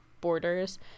borders